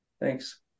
Thanks